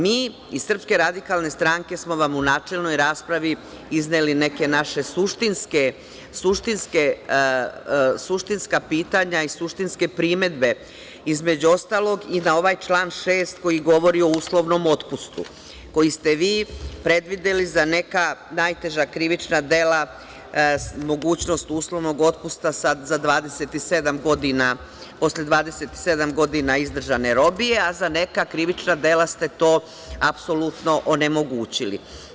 Mi iz SRS smo vam u načelnoj raspravi izneli neka naša suštinska pitanja i suštinske primedbe, između ostalog i na ovaj član 6. koji govori o uslovnom otpustu, koji ste vi predvideli za neka najteža krivična dela, mogućnost uslovnog otpusta posle 27 godina izdržane robije, a za neka krivična dela ste to apsolutno onemogućili.